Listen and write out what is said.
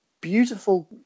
beautiful